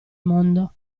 mondo